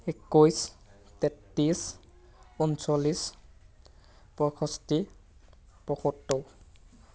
একৈছ তেত্ৰিছ পঞ্চলিছ পইষষ্ঠি পয়সত্তৰ